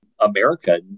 America